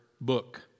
book